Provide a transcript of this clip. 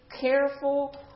careful